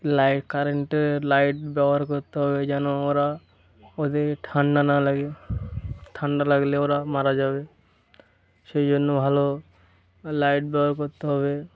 light কারেন্টের light ব্যবহার করতে হবে যেন ওরা ওদের ঠান্ডা না লাগে ঠান্ডা লাগলে ওরা মারা যাবে সেই জন্য ভালো লাইট ব্যবহার করতে হবে